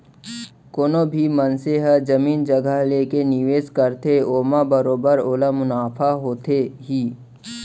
कोनो भी मनसे ह जमीन जघा लेके निवेस करथे ओमा बरोबर ओला मुनाफा होथे ही